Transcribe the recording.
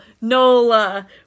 nola